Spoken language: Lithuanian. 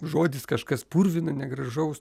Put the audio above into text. žodis kažkas purvina negražaus